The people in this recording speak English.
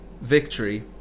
victory